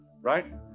right